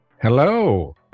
Hello